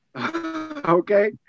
okay